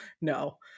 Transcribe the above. no